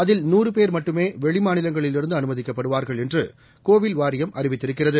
அதில் நூறு பேர் மட்டுமே வெளி மாநிலங்களில் இருந்து அனுமதிக்கப்படுவார்கள் என்று கோயில் வாரியம் அறிவித்திருக்கிறது